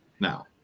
now